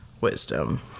wisdom